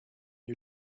you